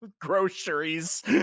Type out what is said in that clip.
groceries